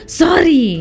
sorry